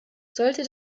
sollte